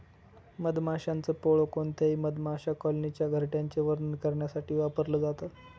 मधमाशांच पोळ कोणत्याही मधमाशा कॉलनीच्या घरट्याचे वर्णन करण्यासाठी वापरल जात